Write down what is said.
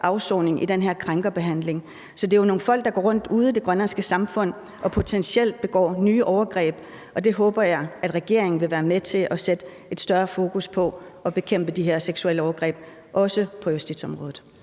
af den her krænkerbehandling. Så det er jo nogle folk, der går rundt ude i det grønlandske samfund og potentielt begår nye overgreb, og der håber jeg, at regeringen vil være med til at sætte et større fokus på at bekæmpe de her seksuelle overgreb, også på justitsområdet.